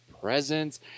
presence